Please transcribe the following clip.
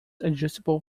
adjustable